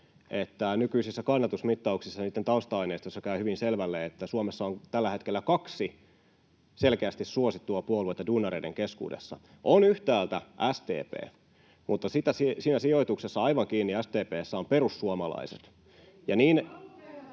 että nykyisissä kannatusmittauksissa ja niitten tausta-aineistoissa käy hyvin selville, että Suomessa on tällä hetkellä kaksi selkeästi suosittua puoluetta duunareiden keskuudessa: on yhtäältä SDP, mutta siinä sijoituksessa aivan kiinni SDP:ssä on perussuomalaiset.